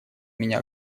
меня